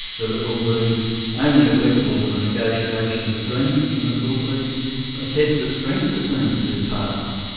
that it will be only applicable to the negotiation of agreements, and it will be a test of strength between the two parties.